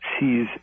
sees